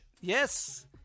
Yes